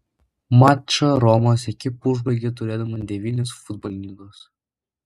mačą romos ekipa užbaigė turėdama devynis futbolininkus